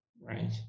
right